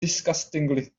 disgustingly